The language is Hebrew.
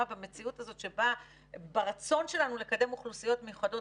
במציאות הזאת שבה ברצון שלנו לקדם אוכלוסיות מיוחדות,